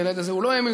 ולעד הזה הוא לא האמין,